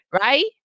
right